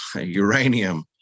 uranium